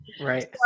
Right